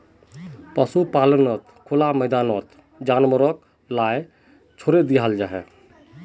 पशुपाल्नोत खुला मैदानोत जानवर लाक छोड़े दियाल जाहा